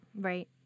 Right